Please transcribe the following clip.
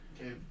Okay